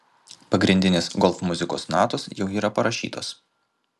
pagrindinės golf muzikos natos jau yra parašytos